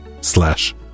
slash